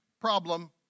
problem